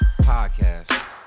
podcast